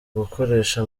gukoresha